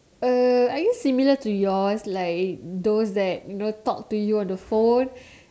uh I use similar to yours like those like you know talk to you on the phone